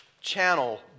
Channel